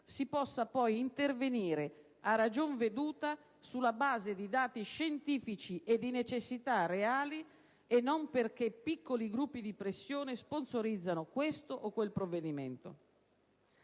si possa poi intervenire a ragion veduta sulla base di dati scientifici e di necessità reali e non perché piccoli gruppi di pressione sponsorizzano questo o quel provvedimento.